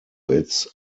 its